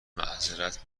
معذرت